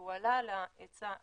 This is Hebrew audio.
ועלה על ההיצע המקומי,